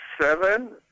seven